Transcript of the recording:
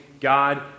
God